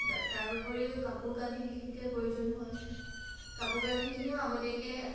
তাৰোপৰিও কাপোৰ কানি বিশেষকৈ প্ৰয়োজন হয় কাপোৰকানিখিনিও আগতীয়াকৈ